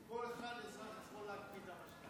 כל אזרח יכול להקפיא את המשכנתה.